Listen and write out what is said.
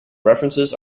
references